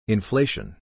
Inflation